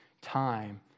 time